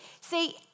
See